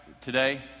today